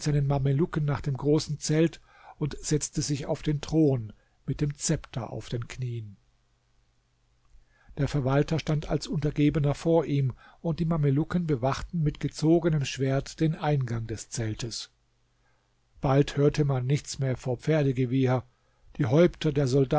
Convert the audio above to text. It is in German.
nach dem großen zelt und setzte sich auf den thron mit dem szepter auf den knieen der verwalter stand als untergebener vor ihm und die mamelucken bewachten mit gezogenem schwert den eingang des zeltes bald hörte man nichts mehr vor pferdegewieher die häupter der